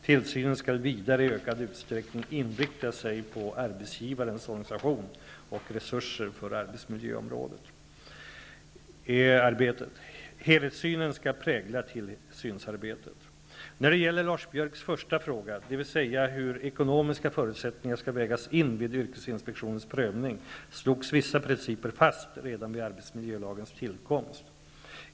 Tillsynen skall vidare i ökad utsträckning inrikta sig på arbetsgivarens organisation och resurser för arbetsmiljöarbetet. Helhetssynen skall prägla tillsynsarbetet. När det gäller Lars Biörcks första fråga, dvs. hur ekonomiska förutsättningar skall vägas in vid yrkesinspektionens prövning, slogs vissa principer fast redan vid arbetsmiljölagens tillkomst.